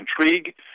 intrigue